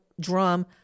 drum